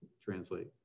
translate